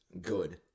good